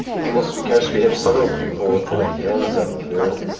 well, mr keshe, we have several people, with and hands up here.